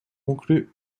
conclu